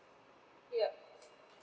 yup